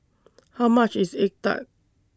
How much IS Egg Tart